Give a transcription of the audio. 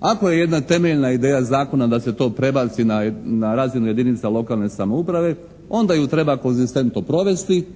Ako je jedna temeljna ideja zakona da se to prebaci na razinu jedinica lokalne samouprave, onda ju treba konzistentno provesti